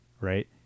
right